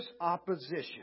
opposition